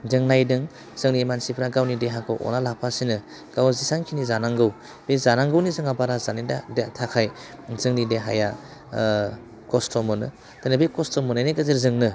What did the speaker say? जों नायदों जोंनि मानसिफोरा गावनि देहाखौ अनालाबासिनो गावहा जेसांखिनि जानांगौ बे जानांगौनि जोंहा बारा जानायनि थाखाय दा जोंनि देहाया कस्त' मोनो दिनै बे कस्त' मोननायनि गेजेरजोंनो